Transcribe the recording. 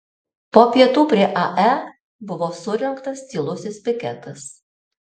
po pietų prie ae buvo surengtas tylusis piketas